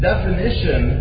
Definition